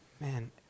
Man